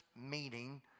meeting